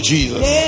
Jesus